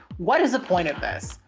what is the point of this?